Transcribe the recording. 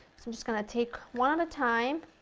so i'm just going to take one at a time.